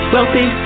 Wealthy